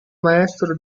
maestro